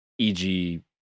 eg